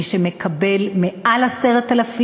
מי שמקבל מעל 10,000,